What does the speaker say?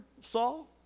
Saul